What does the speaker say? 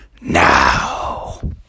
now